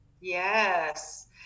Yes